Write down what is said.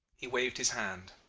he waved his hand.